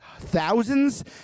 thousands